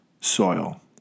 soil